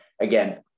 again